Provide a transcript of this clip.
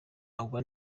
agwa